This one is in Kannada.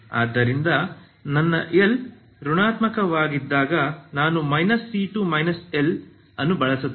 ಆದ್ದರಿಂದ ನನ್ನ l ಋಣಾತ್ಮಕಣಾತ್ಮಕವಾಗಿದ್ದಾಗ ನಾನು c2 ಅನ್ನು ಬಳಸುತ್ತೇನೆ